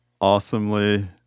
awesomely